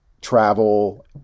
travel